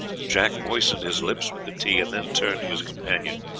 jack moistened his lips with the tea, and then turned to his companion.